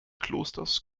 klosters